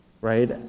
right